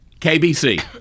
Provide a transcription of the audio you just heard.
kbc